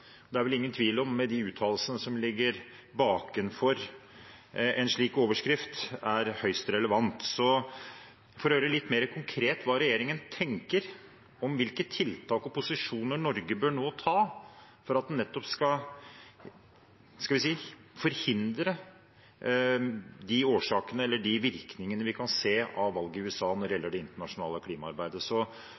Det er vel ingen tvil om, med de uttalelsene som ligger til grunn for en slik overskrift, at den er høyst relevant. Jeg vil gjerne høre litt mer konkret om hva regjeringen tenker om hvilke tiltak og posisjoner Norge nå bør ta for at en nettopp skal forhindre de virkningene vi kan se av valget i USA når det gjelder det internasjonale klimaarbeidet.